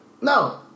No